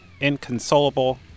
Inconsolable